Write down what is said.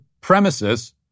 premises